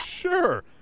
Sure